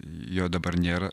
jo dabar nėra